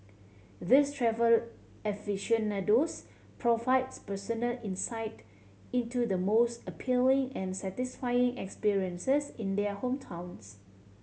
these travel aficionados provide personal insight into the most appealing and satisfying experiences in their hometowns